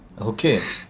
Okay